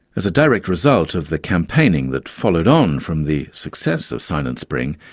as a direct result of the campaigning that followed on from the success of silent spring,